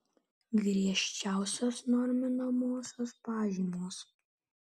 griežčiausios norminamosios pažymos